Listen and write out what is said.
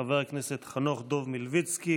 חבר הכנסת חנוך דב מלביצקי.